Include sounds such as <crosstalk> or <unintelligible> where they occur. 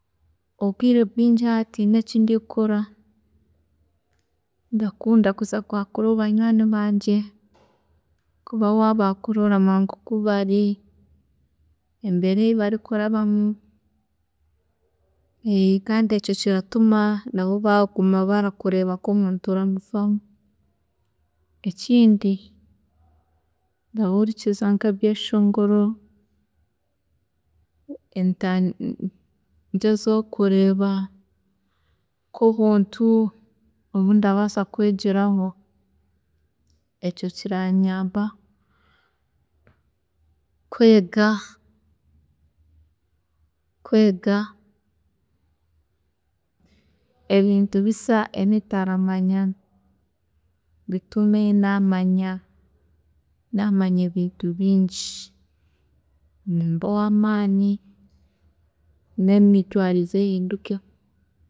Obwiire obwingi haaba ntiine eki ndi kukora, ndakunda kuza kwaakura banywaani bangye kuba waabaakura oramanya nkoku bari, embeera eyi bari kurabamu, <hesitation> kandi ekyo kiratuma nabo baaguma barakureeba nk'omuntu orabafwaho. Ekindi, ndahurikiza nk'ebyeshongoro, <unintelligible> ngyezeho kureeba nk'obuntu obu ndabaasa kwegyeraho, ekyo kiranyamba kwega kwega ebintu bisya ebi ntaramanya bitume naamanya namanya ebintu bingi, mbe owamaani n'emitwaarize ehindukeho